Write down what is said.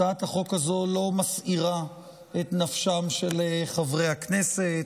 הצעת החוק הזאת לא מסעירה את נפשם של חברי הכנסת.